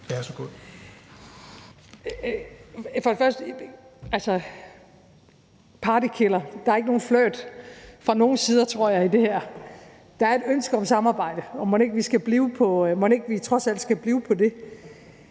Først vil jeg komme med en partykiller. Der er ikke nogen flirt fra nogen sider, tror jeg, i det her. Der er et ønske om samarbejde, og mon ikke vi trods alt